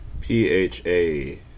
P-H-A